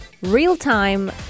real-time